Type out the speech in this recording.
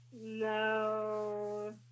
No